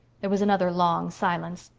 there was another long silence.